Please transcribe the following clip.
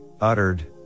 uttered